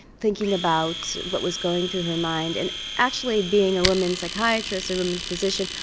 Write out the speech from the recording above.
thinking about what was going through her mind. and actually being a woman psychiatrist, a women's physician,